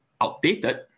outdated